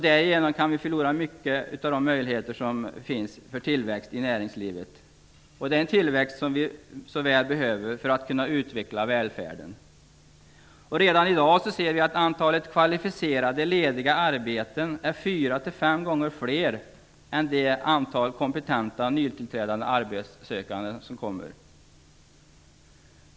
Därigenom kan vi förlora många möjligheter till tillväxt i näringslivet, en tillväxt som vi så väl behöver för att kunna utveckla välfärden. Redan i dag kan vi se att antalet kvalificerade lediga arbeten är fyra till fem gånger fler än antalet kompetenta nytillträdande arbetssökanden.